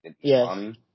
Yes